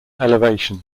elevation